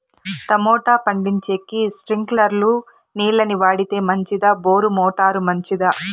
Tomato పండించేకి స్ప్రింక్లర్లు నీళ్ళ ని వాడితే మంచిదా బోరు మోటారు మంచిదా?